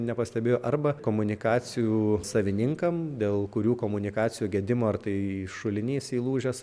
nepastebėjo arba komunikacijų savininkam dėl kurių komunikacijų gedimo ar tai šulinys įlūžęs